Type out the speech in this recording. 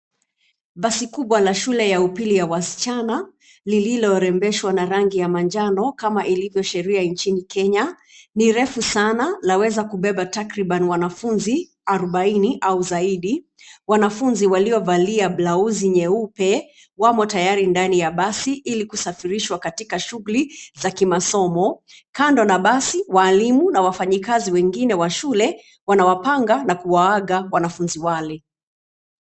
Basi kubwa la shule ya upili ya wasichana lililorembeshwa na rangi ya manjano kama ilivyo sheria nchini Kenya ni refu sana laweza kubeba takriban wanafunzi arubaini au zaidi. Wanafunzi waliovalia blauzi nyeupe wamo tayari ndani ya basi ili kusafirishwa katika shughuli za kimasomo. Kando na basi walimu na wafanyakazi wengine wa shule wanawapanga na kuwaaga wanafunzi wale.